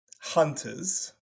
hunters